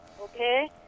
okay